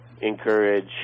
encourage